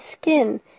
skin